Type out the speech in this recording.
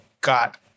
got